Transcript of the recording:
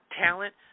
talent